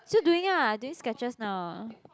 still doing ah I doing sketches now ah